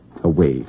away